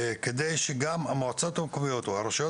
כדי שגם המועצות המקומיות או הרשויות